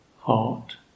heart